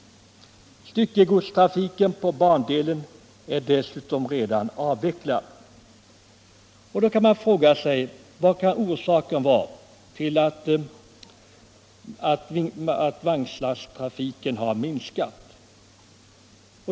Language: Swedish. Styckegodstrafiken på bandelen är dessutom redan avvecklad. Då kan man fråga sig: Vad kan orsaken vara till att vagnslasttrafiken har minskat?